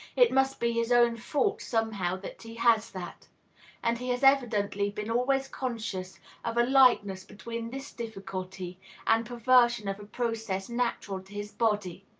it must be his own fault somehow that he has that and he has evidently been always conscious of a likeness between this difficulty and perversion of a process natural to his body,